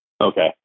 Okay